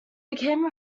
became